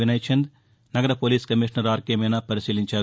వినయ్ చంద్ నగర police commissioner R K Meena పరిశీలించారు